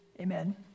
Amen